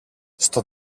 στο